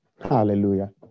Hallelujah